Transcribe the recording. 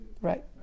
Right